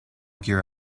gear